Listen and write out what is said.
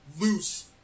loose